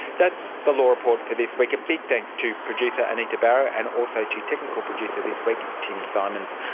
that's the law report for this week. a big thanks to producer anita barraud and also to technical producer this week tim symonds.